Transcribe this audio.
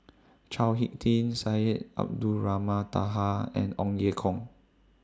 Chao Hick Tin Syed Abdulrahman Taha and Ong Ye Kung